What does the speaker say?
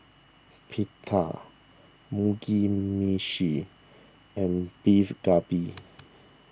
Pita Mugi Meshi and Beef Galbi